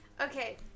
Okay